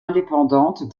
indépendante